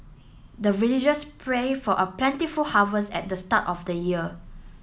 the villagers pray for a plentiful harvest at the start of the year